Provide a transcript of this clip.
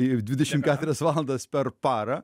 ir dvidešimt keturias valandas per parą